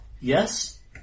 Yes